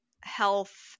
health